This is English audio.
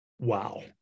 Wow